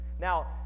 Now